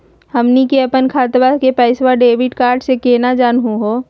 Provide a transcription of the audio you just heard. हमनी के अपन खतवा के पैसवा डेबिट कार्ड से केना जानहु हो?